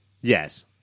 Yes